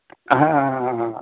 हां हां हां हां